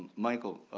michael,